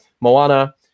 Moana